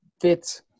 fits